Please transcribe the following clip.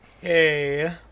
Hey